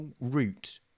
route